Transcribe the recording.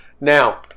Now